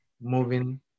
moving